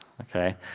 okay